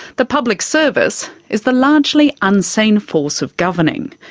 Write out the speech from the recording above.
the public service is the largely unseen force of governing.